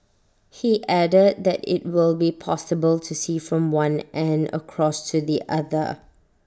he added that IT will be possible to see from one end across to the other